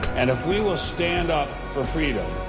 and if we will stand up for freedom.